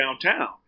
downtown